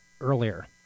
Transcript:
earlier